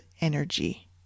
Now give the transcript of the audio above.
energy